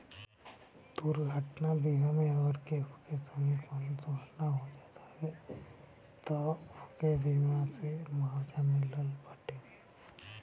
दुर्घटना बीमा मे अगर केहू के संगे कवनो दुर्घटना हो जात हवे तअ ओके बीमा से मुआवजा मिलत बाटे